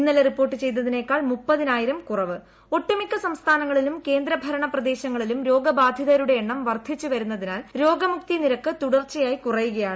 ഇന്നലെ റിപ്പോർട്ട് ചെയ്തതിനേക്കാൾ സംസ്ഥാനങ്ങളിലും കേന്ദ്രഭരണ പ്രദേശങ്ങളിലും രോഗബാധിതരുടെ എണ്ണം വർദ്ധിച്ചു വരുന്നതിനാൽ രോഗമുക്തിനിരക്ക് തുടർച്ചയായി കുറയുകയാണ്